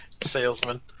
salesman